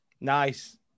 Nice